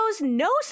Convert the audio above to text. no